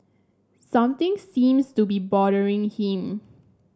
something seems to be bothering him